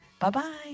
Bye-bye